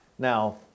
Now